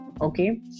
Okay